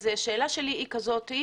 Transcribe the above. אז השאלה שלי היא כזאת: